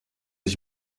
ich